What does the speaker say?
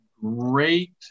great